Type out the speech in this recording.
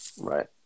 Right